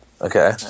Okay